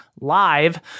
live